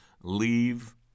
leave